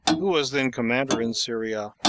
who was then commander in syria,